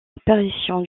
apparition